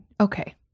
Okay